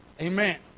Amen